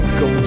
go